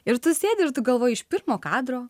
ir tu sėdi ir tu galvoji iš pirmo kadro